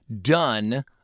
done